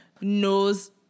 knows